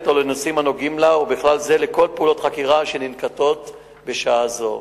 או בנושאים הקשורים אליה ובכלל זה כל פעולות החקירה שננקטות בשעה זו.